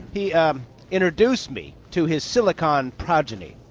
he um introduced me to his silicon progeny.